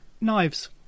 Knives